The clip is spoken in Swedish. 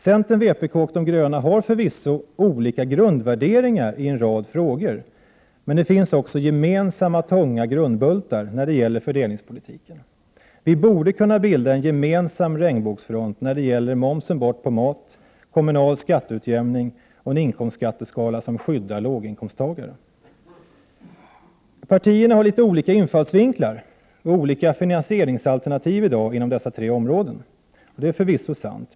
Centern, vpk och de gröna har förvisso olika grundvärderingar i en rad frågor, men det finns också gemensamma tunga grundbultar när det gäller fördelningspolitiken. Vi borde kunna bilda en gemensam regnbågsfront när det gäller momsen bort på mat, kommunal skatteutjämning och en inkomstskatteskala som skyddar låginkomsttagare. Partierna har litet olika infallsvinklar och olika finansieringsalternativ inom dessa tre områden. Det är förvisso sant.